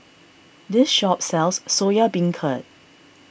this shop sells Soya Beancurd